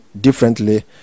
differently